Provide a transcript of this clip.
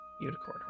Unicorn